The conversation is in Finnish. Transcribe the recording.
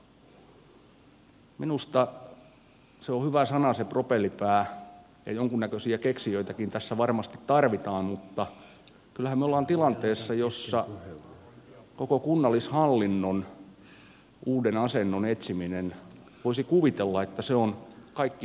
minusta se on hyvä sana se propellipää ja jonkunnäköisiä keksijöitäkin tässä varmasti tarvitaan mutta kyllähän me olemme tilanteessa jossa voisi kuvitella että koko kunnallishallinnon uuden asennon etsiminen on kaikkien yhteinen tehtävä